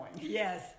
Yes